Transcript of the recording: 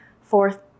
fourth